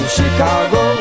Chicago